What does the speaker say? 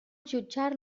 jutjar